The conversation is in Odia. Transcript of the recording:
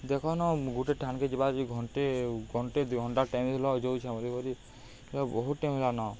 ଦେଖନ ଗୋଟେ ଠାଣ୍କେ ଯିବା ଘଣ୍ଟେ ଘଣ୍ଟେ ଦୁଇ ଘଣ୍ଟା ଟାଇମ୍ ହେଲା ଯୋଉ ବହୁତ୍ ଟାଇମ୍ ହେଲାନ